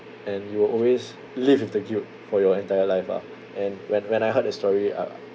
and you will always live with the guilt for your entire life ah and when when I heard that story I